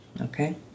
Okay